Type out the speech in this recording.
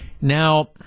Now